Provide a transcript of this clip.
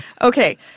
Okay